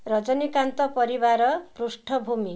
ରଜନୀକାନ୍ତ ପରିବାର ପୃଷ୍ଠଭୂମି